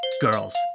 girls